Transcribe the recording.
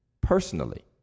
personally